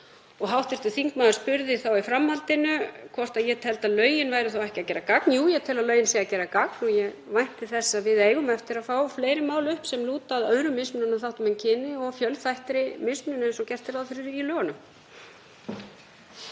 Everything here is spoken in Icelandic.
Hv. þingmaður spurði í framhaldinu hvort ég teldi að lögin væru ekki að gera gagn. Jú, ég tel að lögin séu að gera gagn og ég vænti þess að við eigum eftir að fá fleiri mál upp sem lúta að öðrum mismununarþáttum en kyni og að fjölþættri mismunun eins og gert er ráð fyrir í lögunum.